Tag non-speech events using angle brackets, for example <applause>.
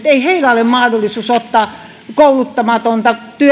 <unintelligible> ei heillä ole mahdollisuutta ottaa kouluttamatonta